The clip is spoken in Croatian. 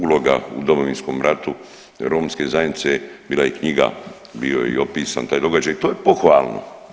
Uloga u Domovinskom ratu romske zajednice bila je knjiga, bio je i opisan taj događaj i to je pohvalno.